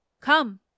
Come